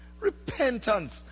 Repentance